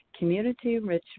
CommunityEnrichment